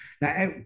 Now